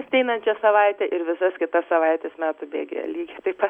ateinančią savaitę ir visas kitas savaites metų bėgyje lygiai taip pat